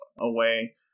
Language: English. away